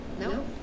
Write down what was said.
No